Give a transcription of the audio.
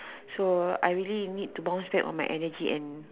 so I really bounce back on my energy and